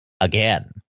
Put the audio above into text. again